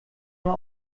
nur